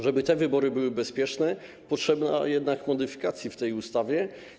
Żeby te wybory były bezpieczne, potrzeba jednak modyfikacji tej ustawy.